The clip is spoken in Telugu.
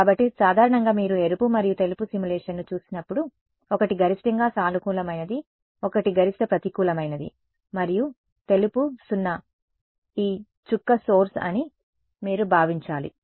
కాబట్టి సాధారణంగా మీరు ఎరుపు మరియు తెలుపు సిమ్యులేషన్ ను చూసినప్పుడు ఒకటి గరిష్టంగా సానుకూలమైనది ఒకటి గరిష్ట ప్రతికూలమైనది మరియు తెలుపు 0 ఈ చుక్క సోర్స్ అని మీరు భావించాలి